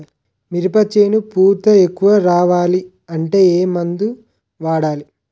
మినప చేను పూత ఎక్కువ రావాలి అంటే ఏమందు వాడాలి?